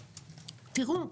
תראו,